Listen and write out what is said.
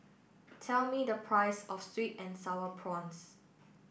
tell me the price of Sweet and Sour Prawns